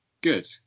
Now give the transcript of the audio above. Good